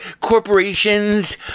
corporations